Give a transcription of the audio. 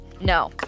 no